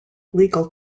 legal